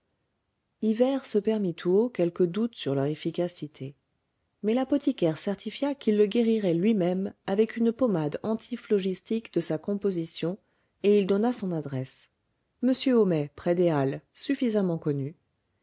hivert se permit tout haut quelque doute sur leur efficacité mais l'apothicaire certifia qu'il le guérirait lui-même avec une pommade antiphlogistique de sa composition et il donna son adresse m homais près des halles suffisamment connu